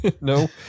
No